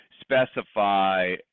specify